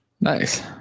nice